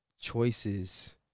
choices